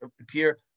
appear